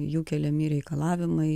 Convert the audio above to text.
jų keliami reikalavimai